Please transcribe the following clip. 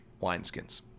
wineskins